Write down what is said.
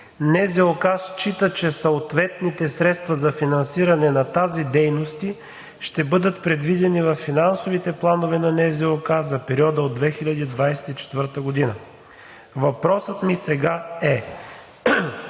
НЗОК счита, че съответните средства за финансиране на тези дейности ще бъдат предвидени във финансовите планове на НЗОК за периода от 2024 г.“ Въпросът ми сега е: